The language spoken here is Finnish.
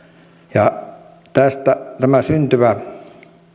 ja tämä syntyvä